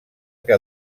que